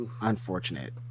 unfortunate